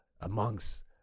amongst